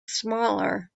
smaller